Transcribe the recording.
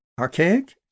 archaic